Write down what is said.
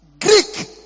Greek